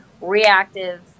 reactive